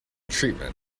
treatment